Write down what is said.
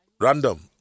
Random